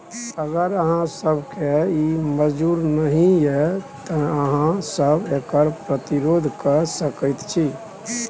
अगर अहाँ सभकेँ ई मजूर नहि यै तँ अहाँ सभ एकर प्रतिरोध कए सकैत छी